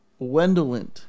Wendolint